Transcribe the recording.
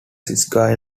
square